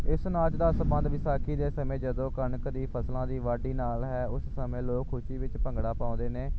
ਇਸ ਨਾਚ ਦਾ ਸਬੰਧ ਵਿਸਾਖੀ ਦੇ ਸਮੇਂ ਜਦੋਂ ਕਣਕ ਦੀ ਫਸਲਾਂ ਦੀ ਵਾਢੀ ਨਾਲ ਹੈ ਉਸ ਸਮੇਂ ਲੋਕ ਖੁਸ਼ੀ ਵਿੱਚ ਭੰਗੜਾ ਪਾਉਂਦੇ ਨੇ